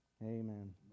Amen